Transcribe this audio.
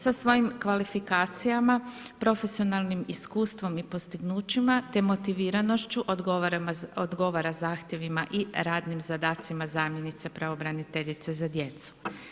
Sa svojim kvalifikacijama, profesionalnim iskustvom i postignućima te motiviranošću odgovara zahtjevima i radnim zadacima zamjenice pravobraniteljice za djecu.